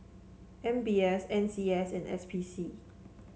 M B S N C S and S P C